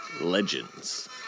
legends